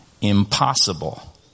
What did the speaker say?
impossible